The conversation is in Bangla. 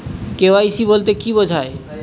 কে.ওয়াই.সি বলতে কি বোঝায়?